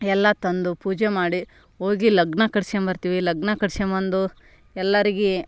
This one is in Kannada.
ಎಲ್ಲ ತಂದು ಪೂಜೆ ಮಾಡಿ ಹೋಗಿ ಲಗ್ನ ಕಟ್ಟಿಸ್ಕೊಂಡ್ ಬರ್ತೀವಿ ಲಗ್ನ ಕಟ್ಟಿಸ್ಕೊಂದ್ ಬಂದು ಎಲ್ಲರಿಗೆ